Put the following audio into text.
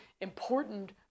important